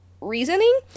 reasoning